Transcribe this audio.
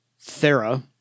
Thera